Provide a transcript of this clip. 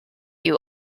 you